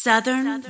Southern